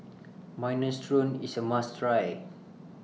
Minestrone IS A must Try